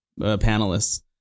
panelists